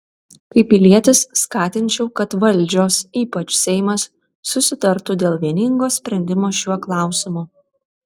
kaip pilietis skatinčiau kad valdžios ypač seimas susitartų dėl vieningo sprendimo šiuo klausimu